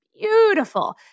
beautiful